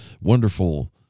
wonderful